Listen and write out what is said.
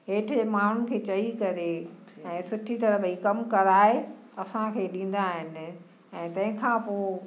हेठि जे माण्हुनि खे चई करे ऐं सुठी तरह भई कमु कराए असांखे ॾींदा आहिनि ऐं तंहिंखां पोइ